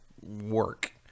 work